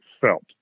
felt